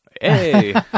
Hey